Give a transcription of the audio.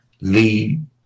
lead